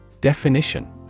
Definition